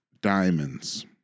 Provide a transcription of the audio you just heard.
Diamonds